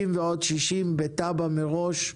60 ועוד 60 בתב"ע מראש,